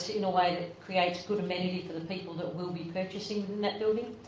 you know like creates good amenity for the people that will be purchasing in that building.